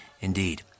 indeed